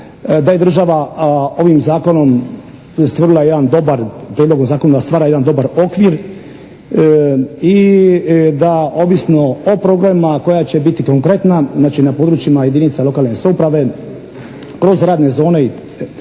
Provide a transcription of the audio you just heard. da je država ovim Zakonom tu je stvorila dobar prijedlog o zakonu da stvara jedan dobar okvir i da ovisno o problemima koja će biti konkretna, znači na područjima jedinica lokalne samouprave kroz radne zone